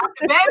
baby